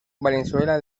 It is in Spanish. valenzuela